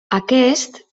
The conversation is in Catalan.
aquest